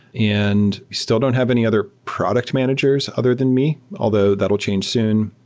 and still don't have any other product managers other than me, although that'll change soon.